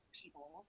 people